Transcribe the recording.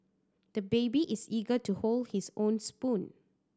the baby is eager to hold his own spoon